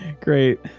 great